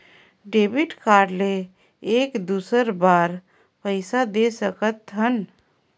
Debit card ले एक दुसर बार पइसा दे सकथन?